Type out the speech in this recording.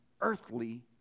earthly